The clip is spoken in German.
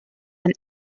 ein